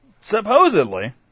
supposedly